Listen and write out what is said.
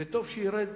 וטוב שירד